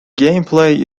gameplay